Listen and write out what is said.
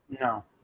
No